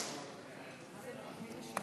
אני מוסיף את